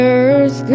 earth